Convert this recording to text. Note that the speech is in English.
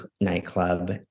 nightclub